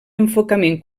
enfocament